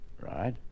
Right